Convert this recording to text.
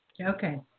Okay